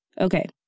Okay